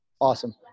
Awesome